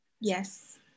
Yes